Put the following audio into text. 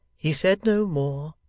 he said no more,